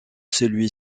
celui